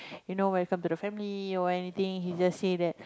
you know welcome to the family or anything he just say that